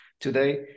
today